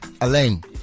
Alain